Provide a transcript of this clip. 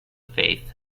faith